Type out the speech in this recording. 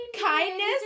Kindness